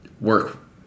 work